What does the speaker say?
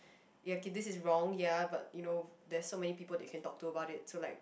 ya okay this is wrong ya but you know there's so many people that you can talk to about it so like